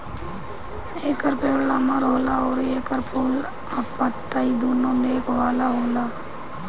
एकर पेड़ लमहर होला अउरी एकर फूल आ पतइ दूनो नोक वाला होला